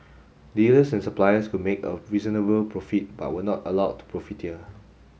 dealers and suppliers could make a reasonable profit but were not allowed to profiteer